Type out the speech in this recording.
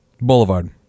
Boulevard